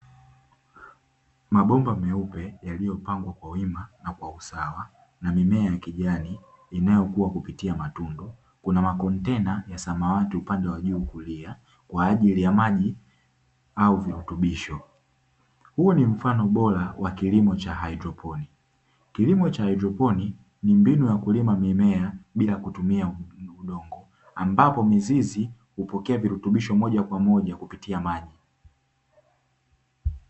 Mabomba meupe yaliyopangwa kwa wima na kwa usawa na mimea ya kijani inayokuwa kupitia matundu kuna makontena ya samawati upande wa juu kulia kwa ajili ya maji au virutubisho huu ni mfano bora wa kilimo cha haidroponi kilimo cha haidroponi ni mbinu ya kulima mimea bila kutumia udongo ambapo mizizi hupokea virutubisho moja kwa moja kupitia maji.